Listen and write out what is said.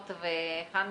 קיבוץ געתון,